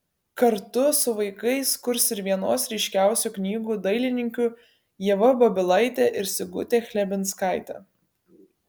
kartu su vaikais kurs ir vienos ryškiausių knygų dailininkių ieva babilaitė ir sigutė chlebinskaitė